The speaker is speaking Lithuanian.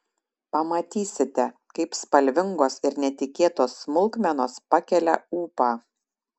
pamatysite kaip spalvingos ir netikėtos smulkmenos pakelia ūpą